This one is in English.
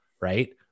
right